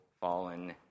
fallen